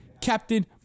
Captain